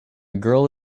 girl